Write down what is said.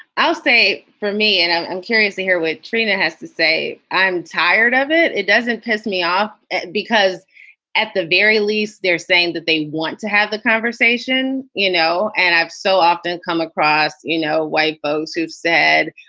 ah say. me and i'm and curious to hear what training has to say. i'm tired of it. it doesn't piss me um off because at the very least, they're saying that they want to have the conversation, you know. and i've so often come across, you know, white folks who've said,